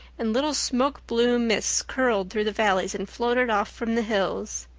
and little smoke-blue mists curled through the valleys and floated off from the hills.